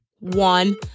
one